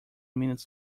minutes